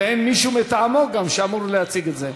ואין גם מישהו מטעמו שיציג את זה.